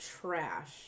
trash